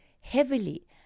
heavily